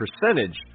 percentage